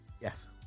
Yes